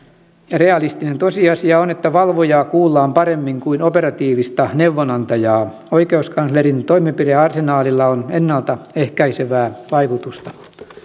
realistinen tosiasia on että valvojaa kuullaan paremmin kuin operatiivista neuvonantajaa oikeuskanslerin toimenpidearsenaalilla on ennalta ehkäisevää vaikutusta